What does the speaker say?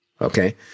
Okay